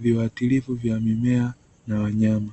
viwatilifu vya mimea na wanyama.